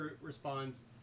responds